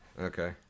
okay